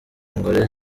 ingore